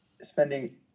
spending